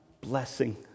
blessing